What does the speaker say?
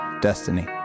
Destiny